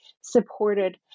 supported